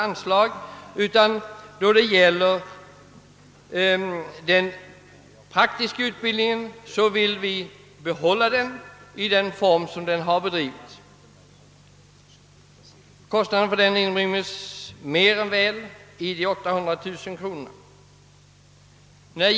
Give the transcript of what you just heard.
Vi vill behålla den praktiska utbildningen i den omfattning och utformning den nu har. Kostnaderna härför inryms mer än väl i de 800 000 kronorna.